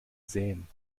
sähen